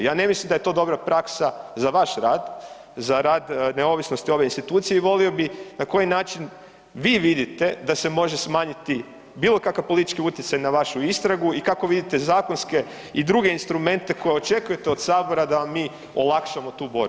Ja ne mislim da je to dobra praksa za vaš rad, za rad neovisnosti ove institucije i volio bi na koji način vi vidite da se može smanjiti bilokakav politički utjecaj na vašu istragu i kako vidite zakonske i druge instrumente koje očekujete od Sabora da vam mi olakšamo tu borbu.